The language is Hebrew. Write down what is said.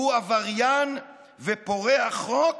הוא עבריין ופורע חוק